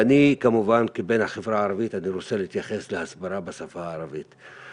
אני כמובן כבן החברה הערבית רוצה להתייחס להסברה בשפה הערבית.